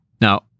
Now